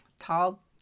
tall